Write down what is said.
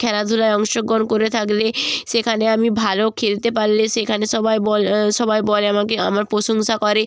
খেলাধূলায় অংশগ্রহণ করে থাকলে সেখানে আমি ভালো খেলতে পারলে সেখানে সবাই বলে সবাই বলে আমাকে আমার প্রশংসা করে